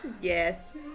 Yes